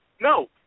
No